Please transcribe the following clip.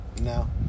No